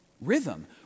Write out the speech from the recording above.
rhythm